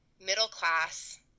middle-class